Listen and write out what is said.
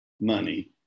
money